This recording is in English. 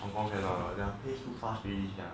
hong kong cannot lah their pace too fast already sia